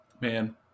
Man